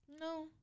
No